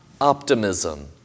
optimism